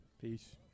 peace